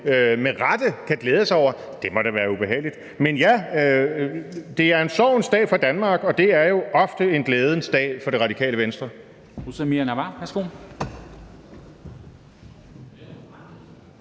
med rette kan glæde sig over, må da være ubehageligt. Men ja, det er en sorgens dag for Danmark, og det er jo ofte en glædens dag for Det Radikale Venstre.